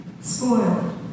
spoiled